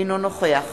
אינו נוכח